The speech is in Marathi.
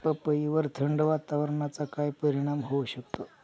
पपईवर थंड वातावरणाचा काय परिणाम होऊ शकतो?